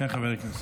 בחברות.